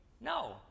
No